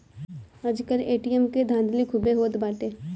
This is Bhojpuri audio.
आजकल ए.टी.एम के धाधली खूबे होत बाटे